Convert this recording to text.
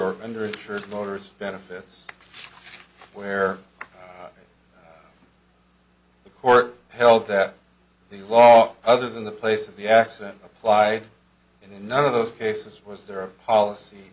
or underinsured motors benefits where the court held that the law other than the place of the accident applied in one of those cases was there a policy